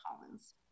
Collins